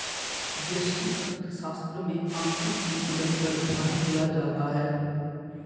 व्यष्टि अर्थशास्त्र में आंशिक संतुलन पर ध्यान दिया जाता है